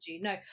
no